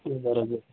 हजुर हजुर